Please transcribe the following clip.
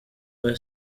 rwa